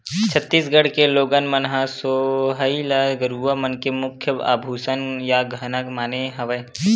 छत्तीसगढ़ के लोगन मन ह सोहई ल गरूवा मन के मुख्य आभूसन या गहना माने हवय